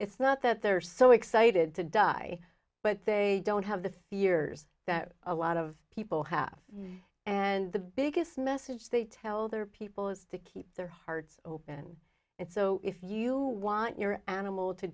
it's not that they're so excited to die but they don't have the few years that a lot of people have and the biggest message they tell their people is to keep their hearts open and so if you want your animal to